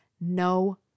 no